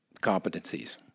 competencies